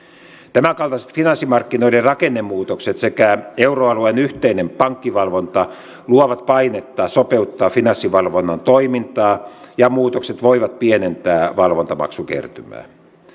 tämänkaltaiset finanssimarkkinoiden rakennemuutokset sekä euroalueen yhteinen pankkivalvonta luovat painetta sopeuttaa finanssivalvonnan toimintaa ja muutokset voivat pienentää valvontamaksukertymää